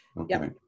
Okay